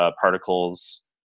particles